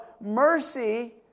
mercy